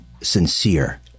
sincere